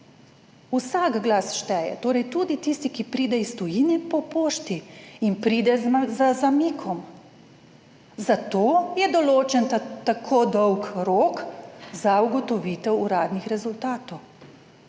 Vsak glas šteje, torej tudi tisti, ki pride iz tujine po pošti in pride z zamikom, zato je določen tako dolg rok za ugotovitev uradnih rezultatov.